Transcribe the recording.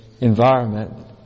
environment